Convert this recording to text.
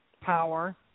power